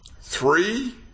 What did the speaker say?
three